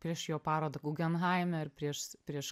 prieš jo parodą gugenhaime ir priešs prieš